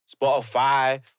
Spotify